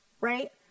right